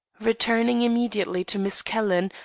returning immediately to miss calhoun,